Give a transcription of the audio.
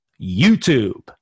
YouTube